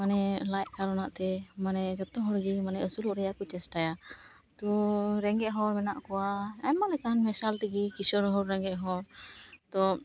ᱢᱟᱱᱮ ᱞᱟᱡ ᱛᱮ ᱢᱟᱱᱮ ᱡᱚᱛᱚ ᱦᱚᱲ ᱜᱮ ᱢᱟᱱᱮ ᱟᱹᱥᱩᱞᱚᱜ ᱨᱮᱭᱟᱜ ᱠᱚ ᱪᱮᱥᱴᱟᱭᱟ ᱛᱚ ᱨᱮᱸᱜᱮᱡ ᱦᱚᱲ ᱢᱮᱱᱟᱜ ᱠᱚᱣᱟ ᱟᱭᱢᱟ ᱞᱮᱠᱟᱱ ᱢᱮᱥᱟᱞ ᱛᱮᱜᱮ ᱠᱤᱥᱚᱨ ᱦᱚᱲ ᱨᱮᱸᱜᱮᱡ ᱦᱚᱲ ᱛᱚ